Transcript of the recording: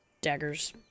Dagger's